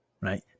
right